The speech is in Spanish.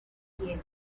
hielos